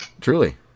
Truly